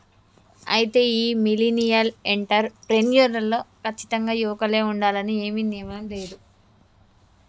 అయితే ఈ millennial entrepreneur లో కచ్చితంగా యువకులే ఉండాలని ఏమీ నియమం లేదు